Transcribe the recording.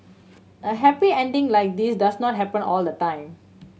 a happy ending like this does not happen all the time